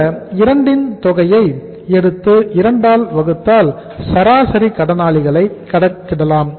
இந்த 2 ன் தொகையை எடுத்து 2 ஆல் வகுத்தால் சராசரி கடனாளிகளை கணக்கிடலாம்